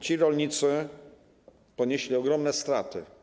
Ci rolnicy ponieśli ogromne straty.